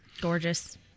Gorgeous